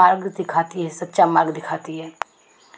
मार्ग दिखाती है सच्चा मार्ग दिखाती है